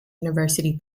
university